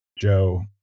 Joe